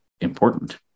important